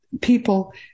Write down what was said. people